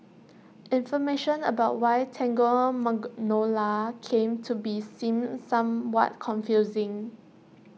information about why Tango Magnolia came to be seems somewhat confusing